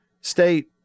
State